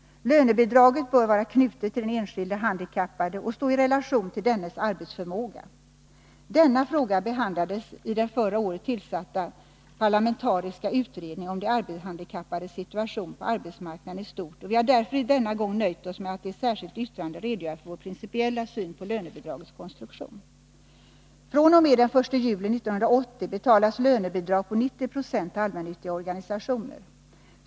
Lönebidraget bör vara knutet till den enskilde handikappade och stå i relation till dennes arbetsförmåga. Denna fråga behandlas i den förra året tillsatta parlamentariska utredningen om de arbetshandikappades situation på arbetsmarknaden i stort, och vi har därför denna gång nöjt oss med att i ett särskilt yttrande redogöra för vår principiella syn på lönebidragets konstruktion. fr.o.m. den 1 juli 1980 betalas lönebidrag på 90 20 till allmännyttiga organisationer.